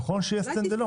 נכון שיעמוד כשלעצמו.